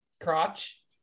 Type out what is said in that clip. crotch